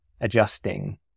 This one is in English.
adjusting